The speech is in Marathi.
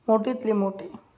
मोठीतली मोठी